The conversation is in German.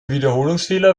wiederholungsfehler